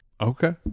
Okay